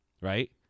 right